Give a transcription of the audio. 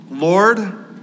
Lord